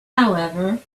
however